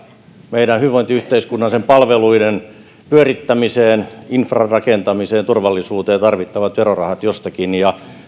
meidän hyvinvointiyhteiskunnan sen palveluiden pyörittämiseen infran rakentamiseen ja turvallisuuteen tarvittavat verorahat jostakin